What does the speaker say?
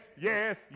yes